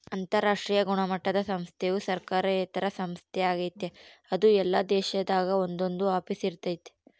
ಅಂತರಾಷ್ಟ್ರೀಯ ಗುಣಮಟ್ಟುದ ಸಂಸ್ಥೆಯು ಸರ್ಕಾರೇತರ ಸಂಸ್ಥೆ ಆಗೆತೆ ಅದು ಎಲ್ಲಾ ದೇಶದಾಗ ಒಂದೊಂದು ಆಫೀಸ್ ಇರ್ತತೆ